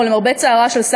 למרבה צערו של נתניהו,